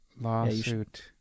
Lawsuit